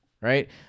right